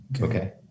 Okay